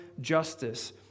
justice